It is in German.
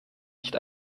nicht